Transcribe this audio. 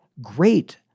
great